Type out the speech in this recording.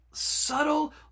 subtle